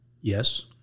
Yes